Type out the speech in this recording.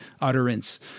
utterance